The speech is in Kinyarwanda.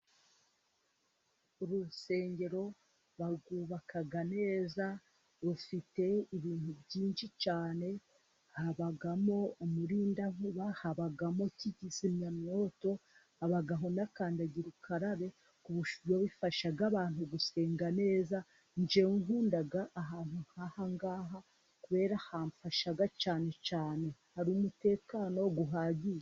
Urusengero barwubaka neza, rufite ibintu byinshi cyane habamo umurindankuba, bahabagamo kizimyamwoto, habaho n'akandagirukarabe ku bifashaga abantu gusenga neza njyewe nkunda ahantu nk'ahaha kubera hamfasha cyane cyane hari umutekano uhagije.